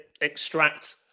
extract